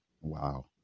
wow